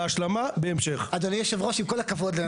הות"ל לא מתווה מדיניות --- השאלה שלך טובה.